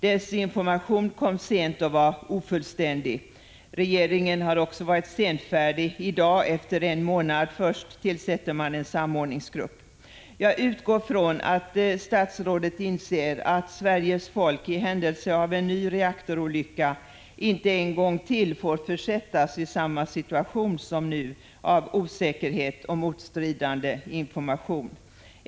Dess information kom sent och var ofullständig. Också regeringen har varit senfärdig. Först i dag, alltså efter en månad, tillsätter man en samordningsgrupp. Jag utgår från att statsrådet inser att Sveriges folk i händelse av en ny reaktorolycka inte ytterligare en gång får försättas i samma situation som nu, med osäkerhet på grund av motstridande information.